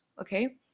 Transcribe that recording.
okay